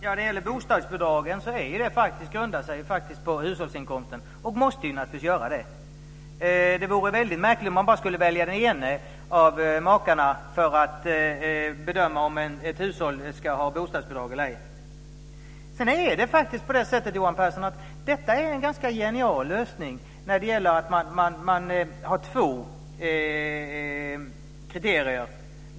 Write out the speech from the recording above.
Herr talman! Bostadsbidragen grundar sig faktiskt på hushållsinkomsten, och måste naturligtvis göra det. Det vore väldigt märkligt om man bara skulle välja den ena av makarna för att bedöma om ett hushåll ska ha bostadsbidrag eller ej. Sedan är det faktiskt så, Johan Pehrson, att detta är en ganska genial lösning. Man har två kriterier.